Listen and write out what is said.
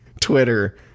Twitter